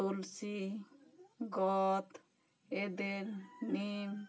ᱛᱩᱞᱥᱤ ᱜᱚᱫᱽ ᱮᱫᱮᱞ ᱱᱤᱢ